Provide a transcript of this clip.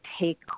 take